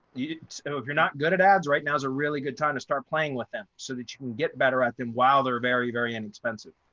so if you're not good at ads, right, now's a really good time to start playing with them so that you can get better at them while they're very, very inexpensive.